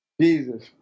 Jesus